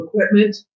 equipment